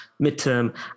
midterm